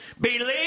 Believe